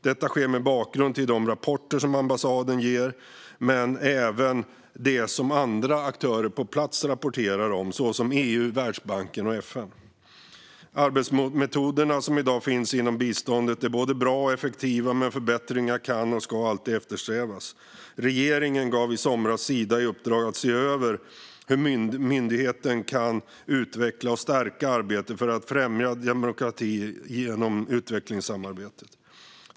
Detta sker mot bakgrund av de rapporter som ambassaden ger men även mot bakgrund av det som andra aktörer på plats, såsom EU, Världsbanken och FN, rapporterar om. Arbetsmetoderna som i dag finns inom biståndet är både bra och effektiva, men förbättringar kan och ska alltid eftersträvas. Regeringen gav i somras Sida i uppdrag att se över hur myndigheten kan utveckla och stärka arbetet för att främja demokrati genom utvecklingssamarbetet.